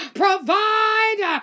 provide